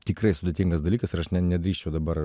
tikrai sudėtingas dalykas ir aš ne nedrįsčiau dabar